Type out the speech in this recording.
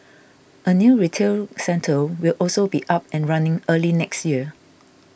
a new retail centre will also be up and running early next year